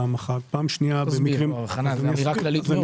זו אמירה כללית מאוד.